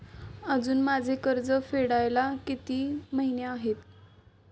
अजुन माझे कर्ज फेडायला किती महिने आहेत?